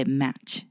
match